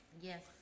Yes